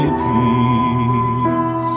peace